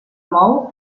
mou